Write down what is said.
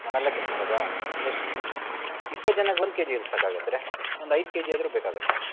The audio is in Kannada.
ಮನೆಲ್ಲೆ ಕಟ್ ಮಾಡೋದಾ ಎಷ್ಟು ಇಪ್ಪತ್ತು ಜನಕ್ಕೆ ಒಂದು ಕೆ ಜಿ ಎಲ್ಲಿ ಸಾಕಾಗುತ್ರೆ ಒಂದು ಐದು ಕೆ ಜಿ ಆದ್ರೂ ಬೇಕಾಗತ್ತೆ